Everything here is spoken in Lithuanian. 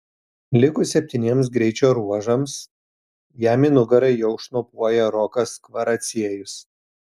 likus septyniems greičio ruožams jam į nugarą jau šnopuoja rokas kvaraciejus